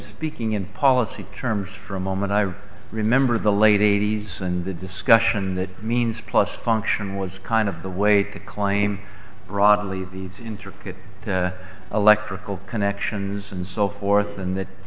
speaking in policy terms for a moment i remember the late eighty's and the discussion that means plus function was kind of the way to claim broadly these interpret the electrical connections and so forth and